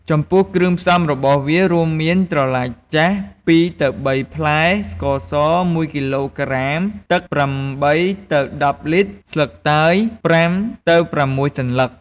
ចំពោះគ្រឿងផ្សំរបស់វារួមមានត្រឡាចចាស់ ២ទៅ៣ ផ្លែ , ស្ករស ១គីឡួក្រាម, ទឹក ៨ទៅ១០ លីត្រ, ស្លឹកតើយ ៥ទៅ៦ សន្លឹក។